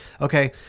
okay